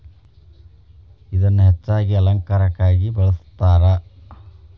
ಇದನ್ನಾ ಹೆಚ್ಚಾಗಿ ಅಲಂಕಾರಕ್ಕಾಗಿ ಬಳ್ಸತಾರ